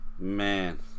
Man